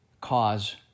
cause